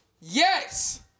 Yes